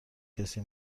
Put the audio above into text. کسی